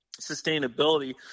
sustainability